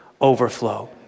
overflow